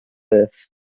earth